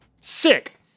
Sick